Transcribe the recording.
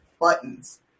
buttons